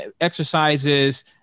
exercises